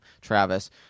Travis